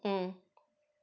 mm